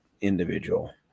individual